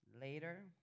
later